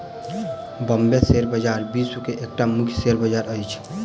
Bombay share बजार विश्व के एकटा मुख्य शेयर बजार अछि